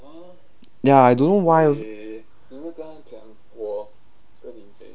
ya I don't know why